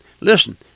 Listen